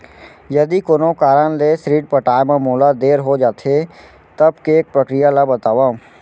यदि कोनो कारन ले ऋण पटाय मा मोला देर हो जाथे, तब के प्रक्रिया ला बतावव